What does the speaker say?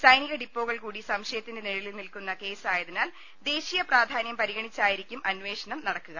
സൈനിക ഡിപ്പോകൾ കൂടി സംശയത്തിന്റെ നിഴലിൽ നിൽക്കുന്ന കേസ് ആയതിനാൽ ദേശീയ പ്രാധാന്യം പരിഗണിച്ചായിരിക്കും അന്വേഷണം നടക്കുക